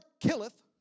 killeth